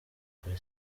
kuri